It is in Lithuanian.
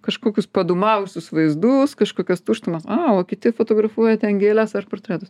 kažkokius padūmavusius vaizdus kažkokias tuštumas a o kiti fotografuoja ten gėles ar portretus